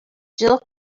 jill